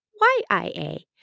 Y-I-A